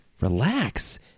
relax